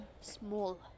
small